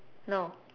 no